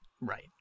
Right